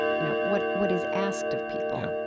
you know, what what is asked of people, yeah,